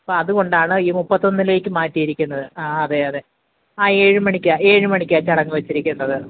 അപ്പം അതു കൊണ്ടാണ് ഈ മുപ്പത്തിയൊന്നിലേക്ക് മാറ്റിയിരിക്കുന്നത് അതെ അതെ ആ ഏഴുമണിക്കാണ് ഏഴുമണിക്കാണ് ചടങ്ങ് വെച്ചിരിക്കുന്നത്